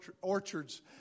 orchards